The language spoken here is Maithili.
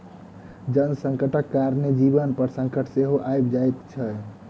जल संकटक कारणेँ जीवन पर संकट सेहो आबि जाइत छै